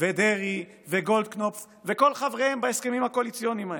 ודרעי וגולדקנופ וכל חבריהם בהסכמים הקואליציוניים האלה.